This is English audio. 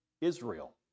Israel